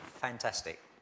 fantastic